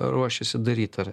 ruošėsi daryt ar